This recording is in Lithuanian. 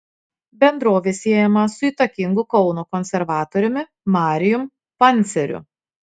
bendrovė siejama su įtakingu kauno konservatoriumi marijum panceriu